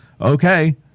okay